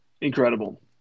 Incredible